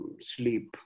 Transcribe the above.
sleep